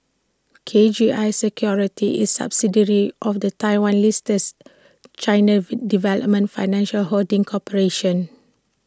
K G I securities is A subsidiary of the Taiwan listed China development financial holding corporation